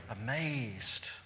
amazed